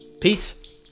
Peace